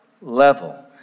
level